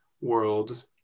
world